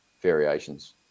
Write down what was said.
variations